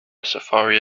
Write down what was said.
safari